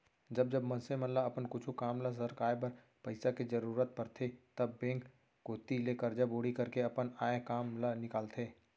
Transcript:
जब जब मनसे मन ल अपन कुछु काम ल सरकाय बर पइसा के जरुरत परथे तब बेंक कोती ले करजा बोड़ी करके अपन आय काम ल निकालथे